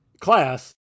class